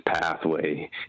pathway